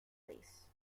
release